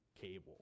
cable